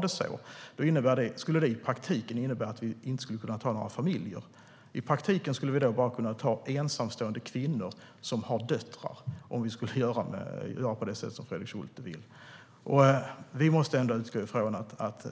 Det skulle i praktiken innebära att vi inte skulle kunna ta emot några familjer. Vi skulle bara kunna ta emot ensamstående kvinnor som har döttrar, ifall vi ska göra på det sätt som Fredrik Schulte vill. Vi måste utgå från att